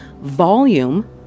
volume